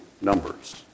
Numbers